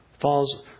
falls